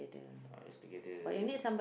uh just together